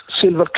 silver